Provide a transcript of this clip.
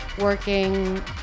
working